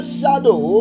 shadow